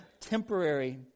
temporary